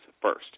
first